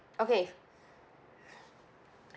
okay